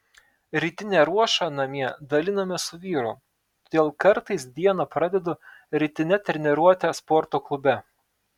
rytinę ruošą namie dalinamės su vyru todėl kartais dieną pradedu rytine treniruote sporto klube